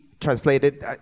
translated